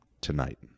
tonight